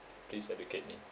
please educate me